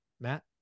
Matt